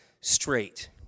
straight